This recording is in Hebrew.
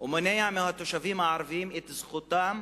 ומונע מהתושבים הערבים את זכותם,